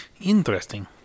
interesting